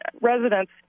residents